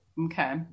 Okay